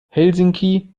helsinki